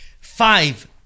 five